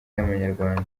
y’amanyarwanda